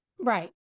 Right